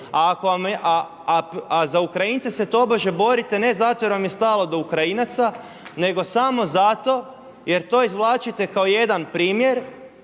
A za Ukrajince se tobože borite ne zato jer vam je stalo do Ukrajinaca, nego samo zato jer to izvlačite kao jedan primjer